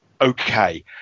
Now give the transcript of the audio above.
okay